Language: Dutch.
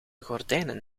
gordijnen